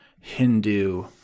Hindu